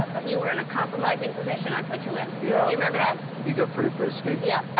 ah you were in a compromising position i put you in. yeah. you remember that? you got pretty frisky. yeah.